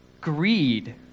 greed